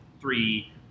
three